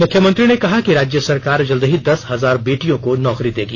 मुख्यमंत्री ने कहा कि राज्य सरकार जल्द ही दस हजार बेटियों को नौकरी देगी